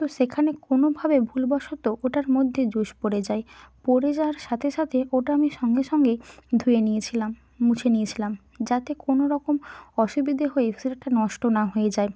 তো সেখানে কোনোভাবে ভুলবশত ওটার মধ্যে জুস পড়ে যায় পড়ে যাওয়ার সাথে সাথে ওটা আমি সঙ্গে সঙ্গে ধুয়ে নিয়েছিলাম মুছে নিয়েছিলাম যাতে কোনোরকম অসুবিধে হয়ে সেটা নষ্ট না হয়ে যায়